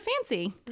fancy